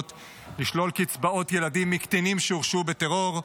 לשלול קצבאות ילדים מקטינים שהורשעו בטרור: